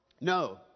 no